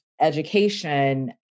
education